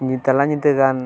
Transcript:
ᱛᱟᱞᱟ ᱧᱤᱫᱟᱹᱜᱟᱱ